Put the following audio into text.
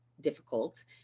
difficult